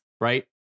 right